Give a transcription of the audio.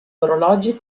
orologi